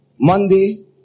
Monday